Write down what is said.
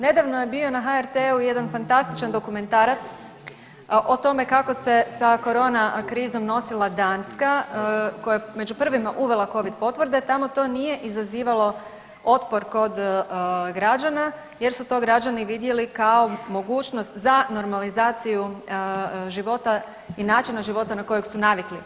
Nedavno je bio na HRT-u jedan fantastičan dokumentarac o tome kako se korona krizom nosila Danska koja je među prvima uvela covid potvrde, tamo to nije izazivalo otpor kod građana jer su to građani vidjeli kao mogućnost za normalizaciju života i načina života na kojeg su navikli.